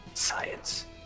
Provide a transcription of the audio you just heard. science